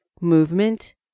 movement